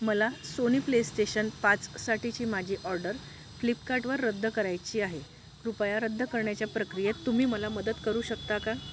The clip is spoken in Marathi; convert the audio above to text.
मला सोनी प्ले स्टेशन पाचसाठीची माझी ऑर्डर फ्लिपकार्टवर रद्द करायची आहे कृपया रद्द करण्याच्या प्रक्रियेत तुम्ही मला मदत करू शकता का